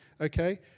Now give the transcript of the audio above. okay